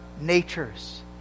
natures